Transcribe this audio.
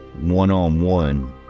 one-on-one